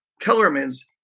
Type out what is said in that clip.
Kellerman's